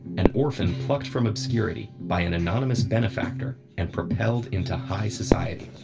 an orphan plucked from obscurity by an anonymous benefactor and propelled into high society.